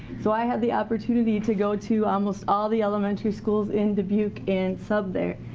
so i had the opportunity to go to almost all the elementary schools in dubuque and sub there.